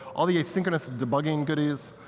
all the asynchronous debugging goodies,